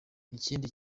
ikindi